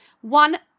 One